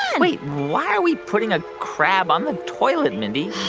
wait. why are we putting a crab on the toilet, mindy?